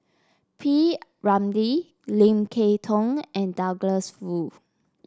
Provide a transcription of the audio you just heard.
P Ramlee Lim Kay Tong and Douglas Foo